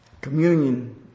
Communion